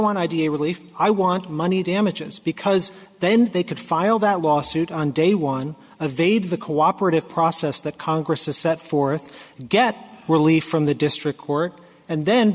want idea relief i want money damages because then they could file that lawsuit on day one of aid the cooperative process that congress has set forth and get relief from the district court and then